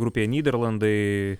grupėje nyderlandai